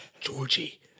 Georgie